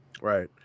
Right